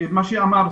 - מה שאמר ספדי,